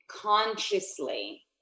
consciously